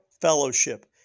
fellowship